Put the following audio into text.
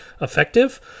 effective